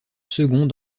second